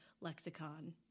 lexicon